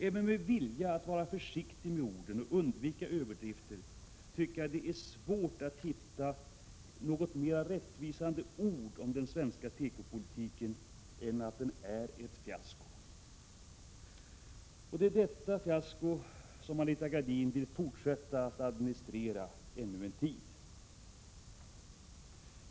Även med vilja att vara försiktig med orden och att undvika överdrifter, tycker jag det är svårt att hitta något mera rättvisande ord för den svenska tekopolitiken än att den är ett fiasko. Och det är detta fiasko som Anita Gradin vill fortsätta att administrera ännu en tid.